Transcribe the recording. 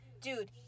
dude